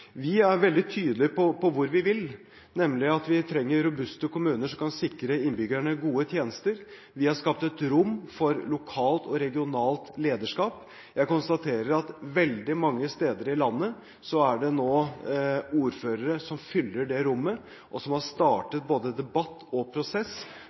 Vi er veldig tydelige på hvor vi vil, nemlig at vi trenger robuste kommuner som kan sikre innbyggerne gode tjenester. Vi har skapt et rom for lokalt og regionalt lederskap. Jeg konstaterer at veldig mange steder i landet er det nå ordførere som fyller det rommet, og som har